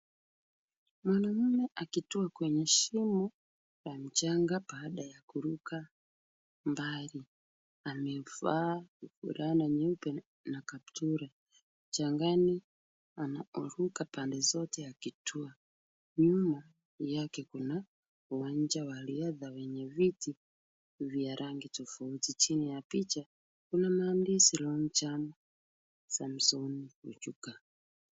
Mwanaume akitua kwenye shimo la mchanga baada ya kuruka mbali. Amevaa fulana nyeupe na kaptura. Mchangani anaruka pande zote akitua. Nyuma yake kuna uwanja wa riadha wenye viti vya rangi tofauti. Chini ya picha kuna maandishi long jump Samson Michuka.